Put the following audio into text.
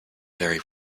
dairy